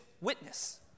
witness